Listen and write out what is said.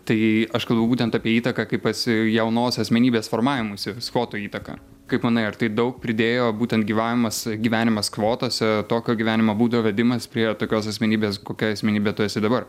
tai aš kalbu būtent apie įtaką kaip pasi jaunos asmenybės formavimuisi skvoto įtaka kaip manai ar tai daug pridėjo būtent gyvavimas gyvenimas skvotose tokio gyvenimo būdo vedimas prie tokios asmenybės kokia asmenybė tu esi dabar